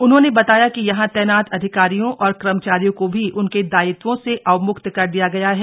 उन्होंने बताया कि यहां तैनात अधिकारियों और कर्मचारियों को भी उनके दायित्वों से अवम्क्त कर दिया गया है